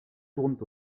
tournent